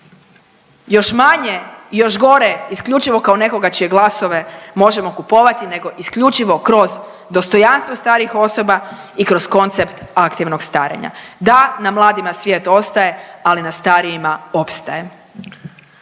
još manje i još gore isključivo kao nekoga čije glasove možemo kupovati, nego isključivo kroz dostojanstvo starijih osoba i kroz koncept aktivnog starenja. Da, na mladima svijet ostaje, ali na starijima opstaje.